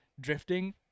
drifting